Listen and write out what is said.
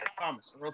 Thomas